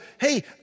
hey